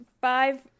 five